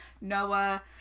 Noah